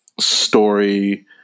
story